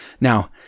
Now